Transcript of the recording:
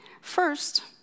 First